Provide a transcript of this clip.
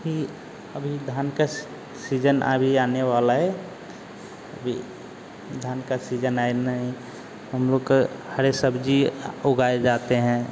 भी अभी धान का सीजन अभी आने वाला है अभी धान का सीजन आए नहीं हम लोग हरे सब्जी उगाए जाते हैं